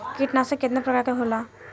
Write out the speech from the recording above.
कीटनाशक केतना प्रकार के होला?